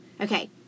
Okay